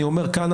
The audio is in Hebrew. אני אומר כאן.